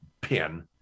pin